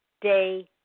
day